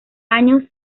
años